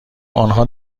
آنها